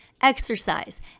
Exercise